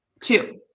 Two